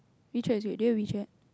WeChat is great do you have WeChat